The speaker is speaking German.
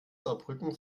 saarbrücken